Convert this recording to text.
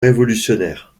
révolutionnaire